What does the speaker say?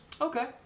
Okay